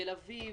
תל אביב,